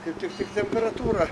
kaip tik tik temperatūrą